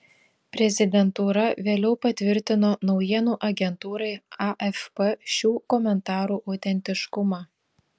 prezidentūra vėliau patvirtino naujienų agentūrai afp šių komentarų autentiškumą